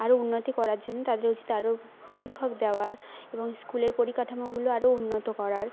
আরো উন্নতি করার জন্য তাদের উচিত আরো শিক্ষক দেওয়ার এবং স্কুলের পরিকাঠামোগুলো আরও উন্নত করার